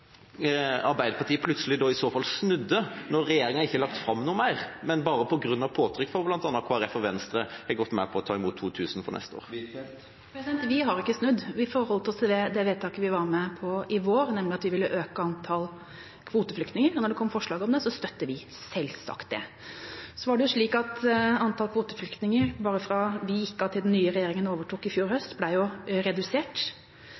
Arbeiderpartiet i så fall plutselig har snudd, når regjeringa ikke har lagt fram noe mer, men bare på grunn av påtrykk fra bl.a. Kristelig Folkeparti og Venstre har gått med på å ta imot 2 000 for neste år. Vi har ikke snudd. Vi forholdt oss til det vedtaket vi var med på i vår, nemlig at vi ville øke antallet kvoteflyktninger, og når det kommer forslag om det, støtter vi selvsagt det. Antallet kvoteflyktninger ble jo – bare fra vi gikk av til den nye regjeringa overtok i fjor høst – redusert.